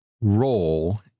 role